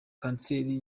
kanseri